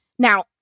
Now